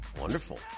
Wonderful